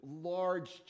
large